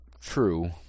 True